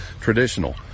traditional